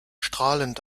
strahlend